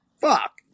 fuck